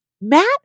Matt